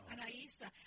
Anaísa